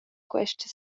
questa